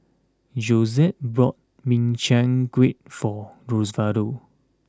Josette bought Min Chiang Kueh for Osvaldo